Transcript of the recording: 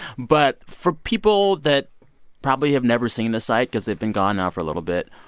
but for people that probably have never seen the site because they've been gone now for a little bit,